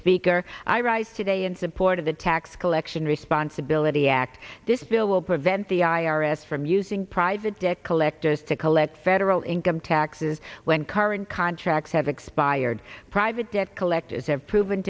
speaker i rise today in support of the tax collection responsibility act this bill will prevent the i r s from using private dick collectors to collect federal income taxes when current contracts have expired private debt collectors have proven